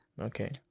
Okay